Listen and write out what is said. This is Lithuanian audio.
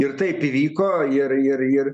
ir taip įvyko ir ir ir